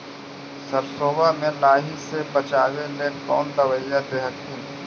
सरसोबा मे लाहि से बाचबे ले कौन दबइया दे हखिन?